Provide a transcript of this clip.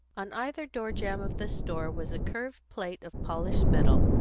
on either door jamb of the store was a curved plate of polished metal,